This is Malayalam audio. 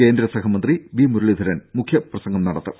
കേന്ദ്ര സഹമന്ത്രി വി മുരളീധരൻ മുഖ്യപ്രസംഗം നടത്തും